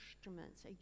instruments